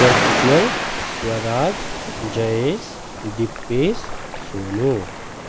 Prajjwal Swaraj Jayesh Dipesh Sonu